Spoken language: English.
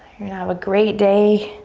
you're gonna have a great day.